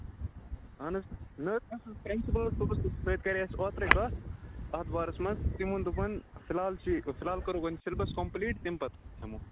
اَہن حظ مےٚ حظ آسنسِپلَس صٲبَس سۭتۍ کَرے اَسہِ اوترٕے کَتھ اَتھ بارَس منٛز تِمو دوٚپ وۅنۍ فِلحال چھُ فِلحال کوٚرو وۄنۍ سِلبَس کَمپٕلیٖٹ تمہِ پَتہٕ ہٮ۪مو